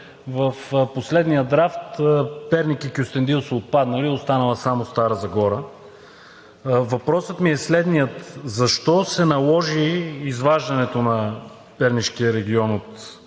в последния драфт Перник и Кюстендил са отпаднали, а е останала само Стара Загора. Въпросът ми е следният: защо се наложи изваждането на Пернишкия регион от